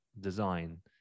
design